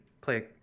play